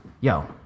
Yo